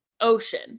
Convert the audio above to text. ocean